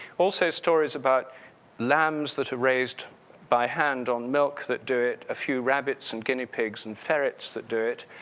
also stories about lambs that are raised by hand on milk that do it, a few rabbits, and guinea pigs and ferrets that do it,